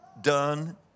done